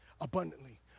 abundantly